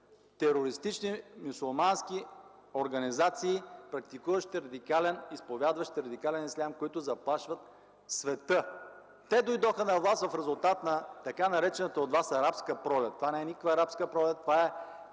терористични мюсюлмански организации, изповядващи и практикуващи радикален ислям, които заплашват света. Те дойдоха на власт в резултат на така наречената от Вас Арабска пролет. Това не е никаква Арабска пролет, това е